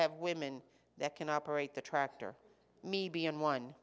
have women that can operate the tractor me being one